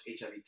HIV